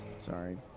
sorry